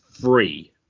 free